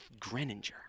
Greninger